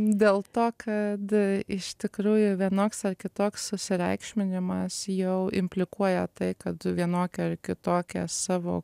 dėl to kad iš tikrųjų vienoks ar kitoks susireikšminimas jau implikuoja tai kad vienokią ar kitokią savo